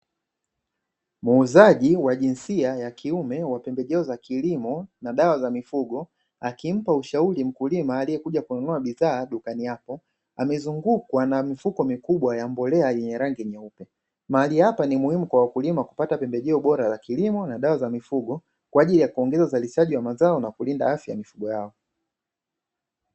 Muuzaji wa jinsia ya kiume wa pembejeo za kilimo na dawa za mifugo akimpa ushauri mkulima aliyekuja kununua bidhaa dukani hapo amezungukwa na mifuko mikubwa ya mbolea, yenye rangi nyeupe mahali hapa ni muhimu kwa wakulima kupata pembejeo bora za kilimo na dawa za mifugo kwa ajili ya kuongeza uzalishaji wa mazao na kulinda afya ya mifugo yao.